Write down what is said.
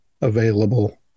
available